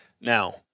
now